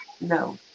No